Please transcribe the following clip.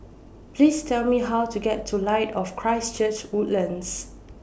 Please Tell Me How to get to Light of Christ Church Woodlands